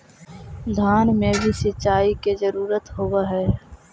धान मे भी सिंचाई के जरूरत होब्हय?